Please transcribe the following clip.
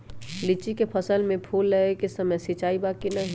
लीची के फसल में फूल लगे के समय सिंचाई बा कि नही?